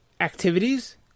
activities